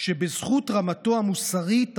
שבזכות רמתו המוסרית,